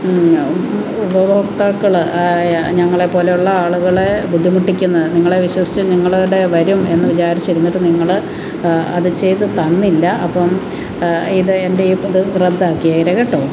ഉപഭോക്താക്കൾ ഞങ്ങളെപ്പോലെ ഉള്ള ആളുകളെ ബുദ്ധിമുട്ടിക്കുന്നത് നിങ്ങളെ വിശ്വസിച്ച് നിങ്ങളിവിടെ വരും എന്ന് വിചാരിച്ചിരുന്നിട്ട് നിങ്ങൾ അത് ചെയ്തു തന്നില്ല അപ്പം ഇത് എൻ്റെ ഇപ്പോഴത് റദ്ദ് ആക്കിയേര് കേട്ടോ